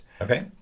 Okay